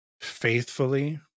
faithfully